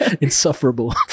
insufferable